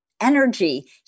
Energy